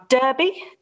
Derby